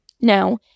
Now